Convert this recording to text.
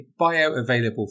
bioavailable